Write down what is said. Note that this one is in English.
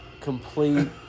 complete